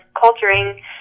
culturing